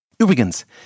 Übrigens